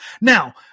Now